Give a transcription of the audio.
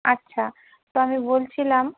আচ্ছা তো আমি বলছিলাম